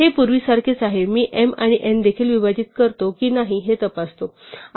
हे पूर्वीसारखेच आहे मी m आणि n देखील विभाजित करतो की नाही ते तपासतो